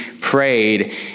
prayed